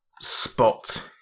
spot